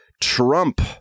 Trump